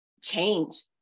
change